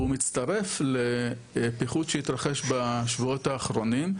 והוא מצטרף לפיחות שהתרחש בשבועות האחרונים,